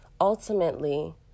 ultimately